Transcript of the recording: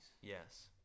Yes